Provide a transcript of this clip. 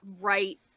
right